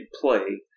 play